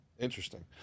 Interesting